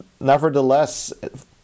Nevertheless